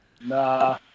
Nah